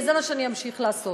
וזה מה שאני אמשיך לעשות.